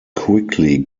quickly